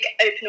open